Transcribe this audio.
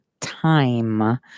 time